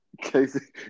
Casey